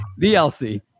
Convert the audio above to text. VLC